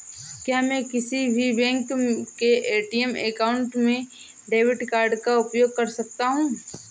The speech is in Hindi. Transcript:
क्या मैं किसी भी बैंक के ए.टी.एम काउंटर में डेबिट कार्ड का उपयोग कर सकता हूं?